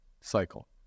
cycle